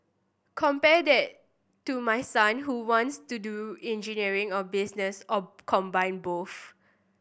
compare that to my son who wants to do engineering or business or combine both